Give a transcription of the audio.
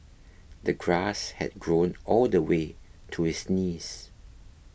the grass had grown all the way to his knees